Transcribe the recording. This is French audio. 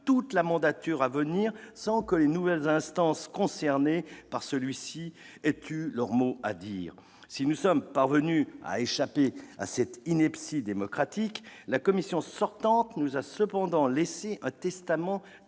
toute la mandature à venir, sans que les nouvelles instances concernées par celui-ci aient eu leur mot à dire. Si nous sommes parvenus à échapper à cette ineptie démocratique, la Commission sortante nous a cependant laissé un testament